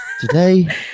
today